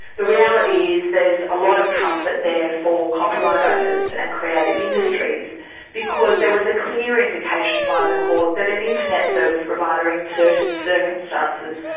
the reality is there's a lot of comfort there for copyright owners and creative industries because there was a clear indication by the court that an internet service provider, in certain circumstances,